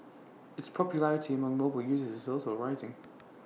its popularity among mobile users is also rising